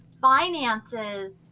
finances